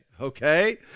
Okay